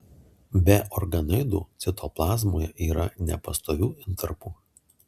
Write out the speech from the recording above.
be organoidų citoplazmoje yra nepastovių intarpų